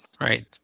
Right